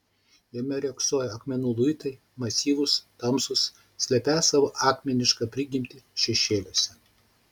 jame riogsojo akmenų luitai masyvūs tamsūs slepią savo akmenišką prigimtį šešėliuose